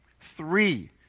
Three